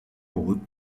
pogut